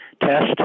test